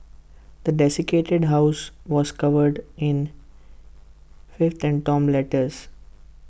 the house was covered in filth and torn letters